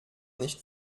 nicht